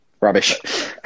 rubbish